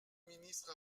ministre